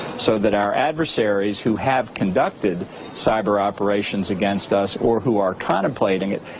so that our adversaries who have conducted cyber-operations against us or who are contemplating it,